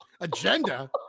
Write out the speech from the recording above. Agenda